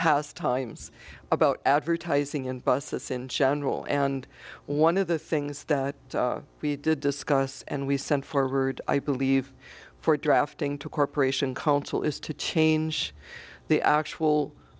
past times about advertising in buses in general and one of the things that we did discuss and we sent forward i believe for drafting to corporation council is to change the actual